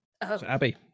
Abby